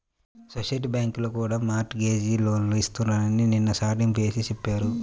society బ్యాంకుల్లో కూడా mortgage లోన్లు ఇస్తున్నారని నిన్న చాటింపు వేసి చెప్పారు